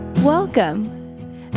welcome